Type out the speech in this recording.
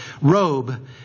robe